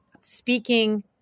Speaking